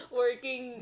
working